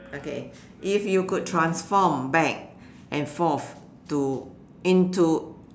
okay if you could transform back and forth to into